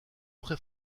très